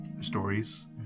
stories